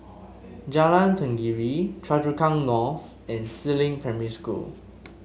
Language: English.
Jalan Tenggiri Choa Chu Kang North and Si Ling Primary School